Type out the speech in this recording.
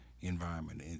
environment